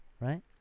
right